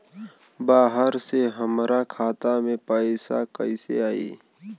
बाहर से हमरा खाता में पैसा कैसे आई?